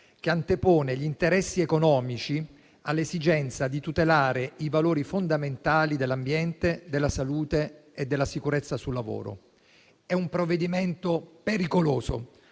che antepone gli interessi economici all'esigenza di tutelare i valori fondamentali dell'ambiente, della salute e della sicurezza sul lavoro. È un provvedimento pericoloso,